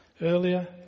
earlier